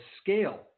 scale